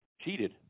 cheated